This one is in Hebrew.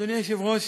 אדוני היושב-ראש,